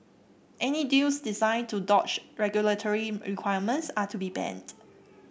any deals designed to dodge regulatory requirements are to be banned